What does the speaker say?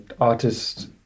artists